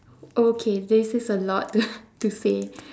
okay this is a lot to to say